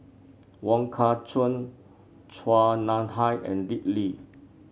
Wong Kah Chun Chua Nam Hai and Dick Lee